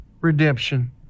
redemption